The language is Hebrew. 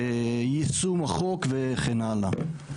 יישום החוק וכן הלאה.